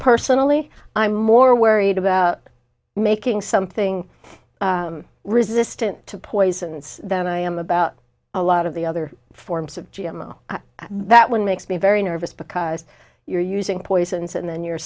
personally i'm more worried about making something resistant to poison and than i am about a lot of the other forms of g m o that one makes me very nervous because you're using poisons and then you're